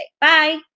Bye